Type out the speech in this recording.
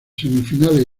semifinales